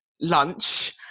lunch